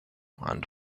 and